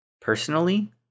personally